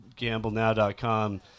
gamblenow.com